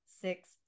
six